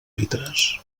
litres